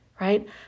right